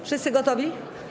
Wszyscy gotowi?